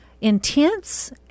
intense